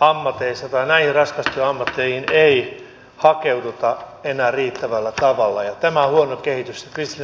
ammateissa tai näin raskas näihin raskastyöammatteihin ei hakeuduta enää riittävällä tavalla ja tämä on huonoa kehitystä